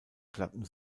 glatten